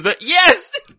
yes